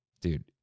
Dude